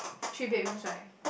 three bedrooms right